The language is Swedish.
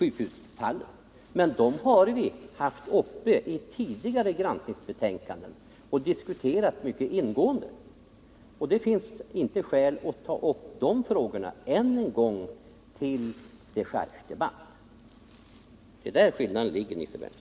De fallen har vi tagit upp i ett tidigare granskningsbetänkande och diskuterat mycket ingående. Det finns inte skäl att ta upp de frågorna än en gång till dechargedebatt. Det är där skillnaden ligger, Nils Berndtson.